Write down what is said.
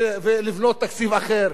ולבנות תקציב אחר,